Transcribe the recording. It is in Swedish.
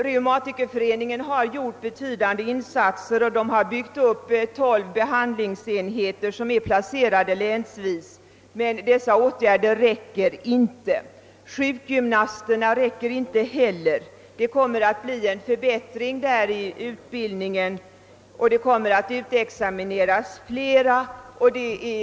Riksföreningen mot reumatism har gjort betydande insatser och har byggt upp 12 behandlingsenheter som är placerade länsvis, men dessa åtgärder räcker inte. Antalet sjukgymnaster är inte heller tillräckligt. Det kommer att bli en förbättring i utbildningen därvidlag och det kommer att utexåmineras flera sjukgymnaster.